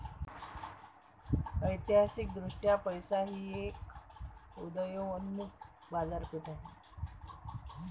ऐतिहासिकदृष्ट्या पैसा ही एक उदयोन्मुख बाजारपेठ आहे